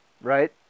Right